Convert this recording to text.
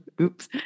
Oops